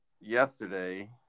yesterday